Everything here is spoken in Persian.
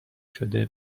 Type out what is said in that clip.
شده